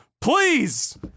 Please